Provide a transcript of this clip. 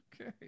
Okay